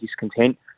discontent